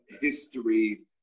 history